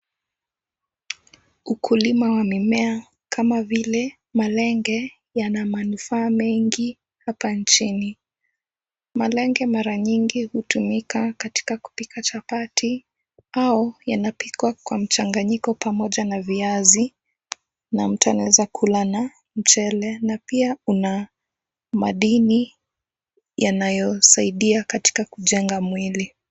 Ukulima wa mimea kama vile malenge yana manufaa mengi hapa nchini. Malenge mara nyingi hutumika katika kupika chapati au yanapikwa kwa mchanganyiko pamoja na viazi na mtu anaweza kula na mchele na pia una madini yanayosaidia katika kujenga mwili.